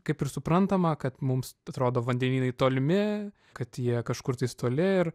kaip ir suprantama kad mums atrodo vandenynai tolimi kad jie kažkur tais toli ir